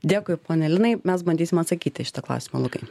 dėkui pone linai mes bandysim atsakyt į šitą klausimą lukai